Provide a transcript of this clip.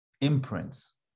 imprints